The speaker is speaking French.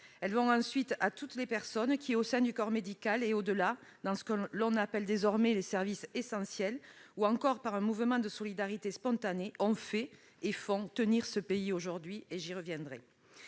Elles vont ensuite à toutes les personnes qui, au sein du corps médical et au-delà, dans ce qu'on appelle désormais les services essentiels, ou encore par un mouvement de solidarité spontanée, ont fait et font tenir notre pays aujourd'hui. J'y reviendrai.